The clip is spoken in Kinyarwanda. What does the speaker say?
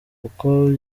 uko